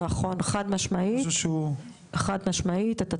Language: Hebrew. חד משמעית אתה צודק.